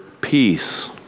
peace